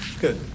Good